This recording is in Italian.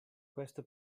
questo